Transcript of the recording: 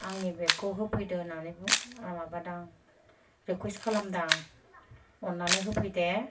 आंनि बेगखौ होफैदो होननानै माबादां रिकुइस खालामदां अननानै होफैदे